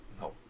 No